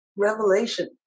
revelation